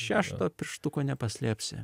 šešto pirštuko nepaslėpsi